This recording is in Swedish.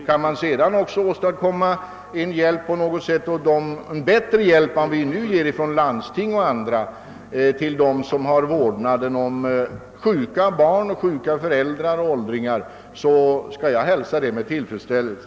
Kan man sedan också åstadkomma bättre hjälp — landstingen ger ju redan sådan — till dem som har vårdnaden om sjuka barn, sjuka föräldrar eller åldrig annan anhörig hälsar jag det med tillfredsställelse.